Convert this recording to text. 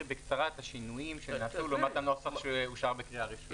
בקצרה את השינויים שנעשו לעומת הנוסח שאושר בקריאה הראשונה.